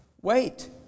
Wait